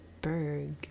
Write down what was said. Berg